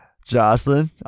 Jocelyn